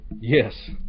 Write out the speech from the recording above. Yes